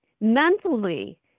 mentally